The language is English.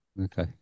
Okay